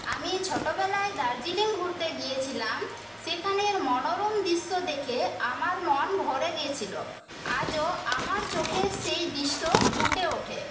আমি ছোটবেলায় দার্জিলিং ঘুরতে গিয়েছিলাম সেখানের মনোরম দৃশ্য দেখে আমার মন ভরে গেছিল আজও আমার চোখে সেই দৃশ্য ফুটে ওঠে